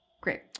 Great